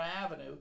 Avenue